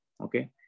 okay